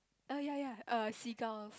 oh ya ya err seagulls